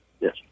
yes